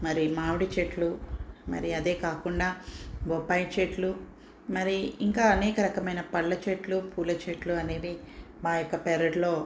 మరి మామిడి చెట్లు మరి అదే కాకుండా బొప్పాయి చెట్లు మరి ఇంకా అనేక రకమైన పండ్ల చెట్లు పూల చెట్లు అనేవి మా యొక్క పెరట్లో